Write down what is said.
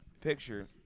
picture